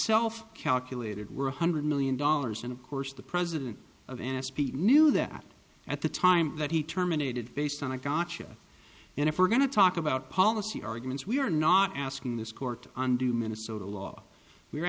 itself calculated were one hundred million dollars and of course the president of an s p knew that at the time that he terminated based on a gotcha and if we're going to talk about policy arguments we are not asking this court undue minnesota law we